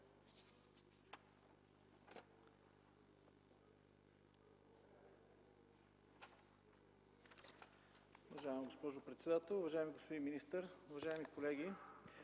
Уважаема госпожо председател, уважаеми господин министър, уважаеми дами